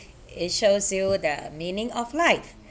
it shows you the meaning of life